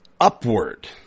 upward